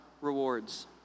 rewards